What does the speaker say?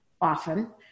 often